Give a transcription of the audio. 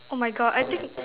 oh my God I think